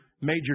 major